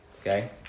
okay